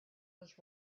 was